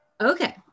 okay